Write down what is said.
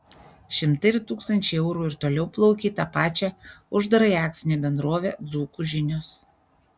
šimtai ir tūkstančiai eurų ir toliau plaukia į tą pačią uždarąją akcinę bendrovę dzūkų žinios